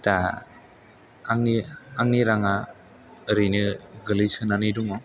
दा आंनि आंनि राङा ओरैनो गोलैसोनानै दङ